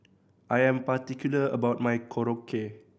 I am particular about my Korokke